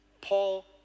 Paul